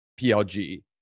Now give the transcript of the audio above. PLG